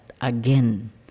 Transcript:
again